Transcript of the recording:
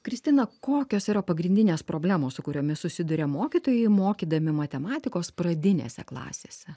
kristina kokios yra pagrindinės problemos su kuriomis susiduria mokytojai mokydami matematikos pradinėse klasėse